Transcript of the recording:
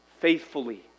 faithfully